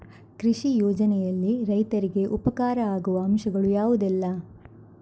ಕೃಷಿ ಯೋಜನೆಯಲ್ಲಿ ರೈತರಿಗೆ ಉಪಕಾರ ಆಗುವ ಅಂಶಗಳು ಯಾವುದೆಲ್ಲ?